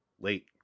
late